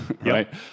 right